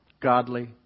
godly